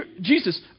Jesus